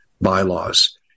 bylaws